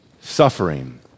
suffering